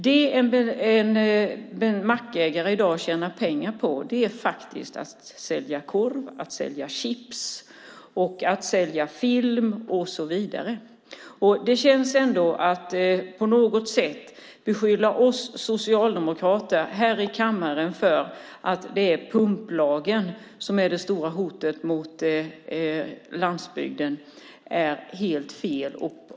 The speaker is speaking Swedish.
Det en mackägare i dag tjänar pengar på är faktiskt att sälja korv, chips, film och så vidare. Att här i kammaren beskylla oss socialdemokrater och säga att det är pumplagen som är det stora hotet mot landsbygden är helt fel.